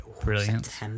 Brilliant